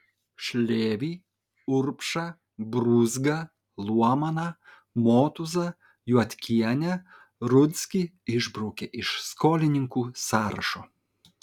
šlėvį urbšą brūzgą luomaną motūzą juodkienę rudzkį išbraukė iš skolininkų sąrašo